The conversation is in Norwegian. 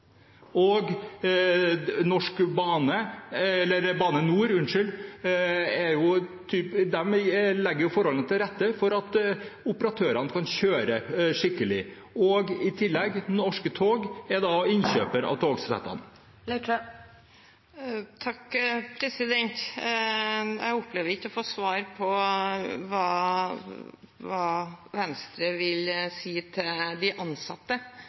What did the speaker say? Og Bane NOR legger forholdene til rette for at operatørene kan kjøre skikkelig. I tillegg er Norske tog innkjøper av togsettene. Jeg opplever ikke å få svar på hva Venstre vil si til de ansatte